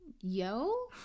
Yo